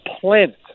planet